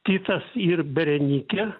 titas ir berenikė